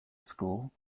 school